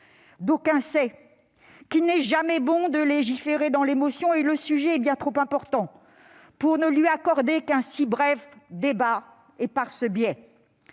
Chacun sait qu'il n'est jamais bon de légiférer dans l'émotion, d'autant que le sujet est bien trop important pour ne lui accorder qu'un si bref débat, par le biais